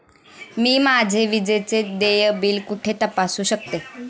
मी माझे विजेचे देय बिल कुठे तपासू शकते?